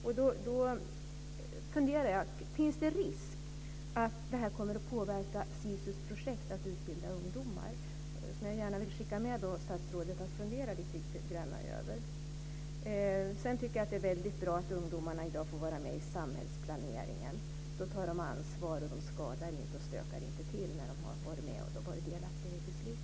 Då funderar jag: Finns det risk att detta kommer att påverka SISU:s projekt att utbilda ungdomar? Jag vill gärna skicka med statsrådet detta att fundera över. Sedan tycker jag att det är väldigt bra att ungdomarna i dag får vara med i samhällsplaneringen. Då tar de ansvar. De skadar inte och stökar inte till när de har varit delaktiga i besluten.